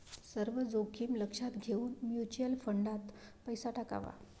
सर्व जोखीम लक्षात घेऊन म्युच्युअल फंडात पैसा टाकावा